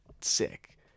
sick